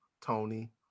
Tony